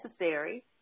necessary